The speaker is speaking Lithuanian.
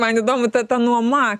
man įdomu ta ta nuoma